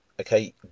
Okay